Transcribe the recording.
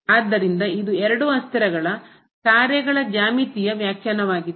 ಆದ್ದರಿಂದ ಇದು ಎರಡು ಅಸ್ಥಿರಗಳ ಕಾರ್ಯಗಳ ಜ್ಯಾಮಿತೀಯ ವ್ಯಾಖ್ಯಾನವಾಗಿದೆ